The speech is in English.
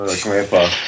Grandpa